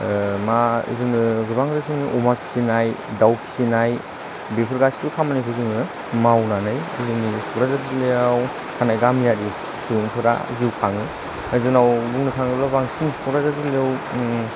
मा जोङो गोबां रोखोमनि अमा फिनाय दाउ फिनाय बेफोर गासिबो खामानिखौ जोङो मावनानै जोंनि कक्राझार जिल्लायाव थानाय गामियारि सुबुंफोरा जिउ खाङो दा जोंनाव बुंनो थाङोब्ला बांसिन कक्राझार जिल्लायाव